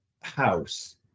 house